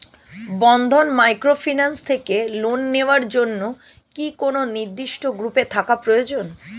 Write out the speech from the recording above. বন্ধন microfinance থেকে loan নেওয়ার জন্য কি কোন নির্দিষ্ট গ্রুপে থাকা প্রয়োজন?